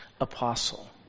apostle